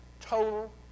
total